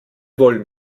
wollen